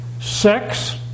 sex